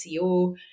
SEO